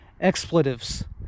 expletives